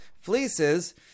fleeces